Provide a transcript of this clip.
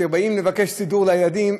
וכשבאים לבקש סידור לילדים,